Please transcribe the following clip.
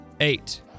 Eight